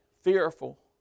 Fearful